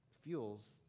fuels